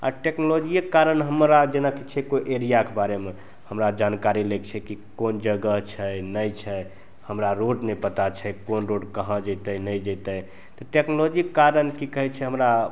आओर टेक्नोलाजिएके कारण हमरा जेनाकि छै कोइ एरियाके बारेमे हमरा जानकारी लैके छै कि कोन जगह छै नहि छै हमरा रोड नहि पता छै कोन रोड कहाँ जएतै नहि जएतै तऽ टेक्नोलॉजीके कारण कि कहै छै हमरा